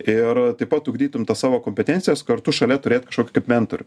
ir taip pat ugdytum tas savo kompetencijas kartu šalia turėt kažkokį kaip mentorių